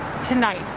tonight